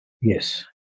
Yes